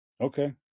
Okay